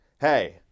hey